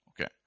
Okay